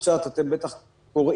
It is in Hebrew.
קצת אתם בטח קוראים,